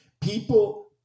people